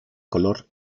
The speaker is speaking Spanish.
color